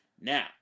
Now